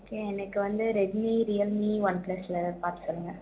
okay எனக்கு வந்து Redmi Realme One பிளஸில் பார்த்து சொல்லுங்கள்